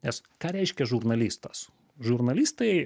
nes ką reiškia žurnalistas žurnalistai